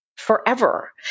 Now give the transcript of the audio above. forever